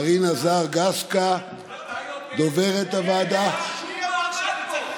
מרינה זר גסקה, לדוברת הוועדה, המעמד פה.